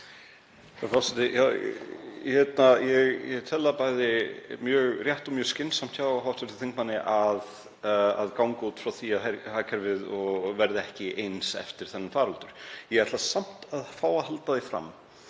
forseti. Ég tel bæði mjög rétt og mjög skynsamlegt hjá hv. þingmanni að ganga út frá því að hagkerfið verði ekki eins eftir þennan faraldur. Ég ætla samt að fá að halda því fram